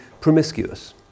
promiscuous